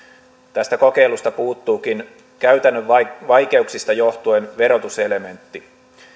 tästä kokeilusta puuttuukin käytännön vaikeuksista johtuen verotuselementti